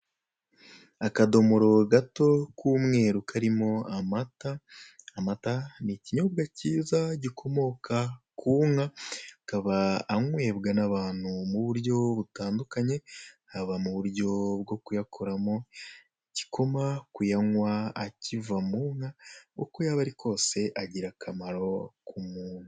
Akadomoro gato k'umweru karimo amata, amata ni ikinyobwa kiza gikomoka ku nka, akaba anywebwa n'abantu mu buryo butandukanye, haba mu buryo bwo kuyakoramo igikoma, kuyanywa akiva mu nka, uko yaba ari kose agira akamaro ku muntu.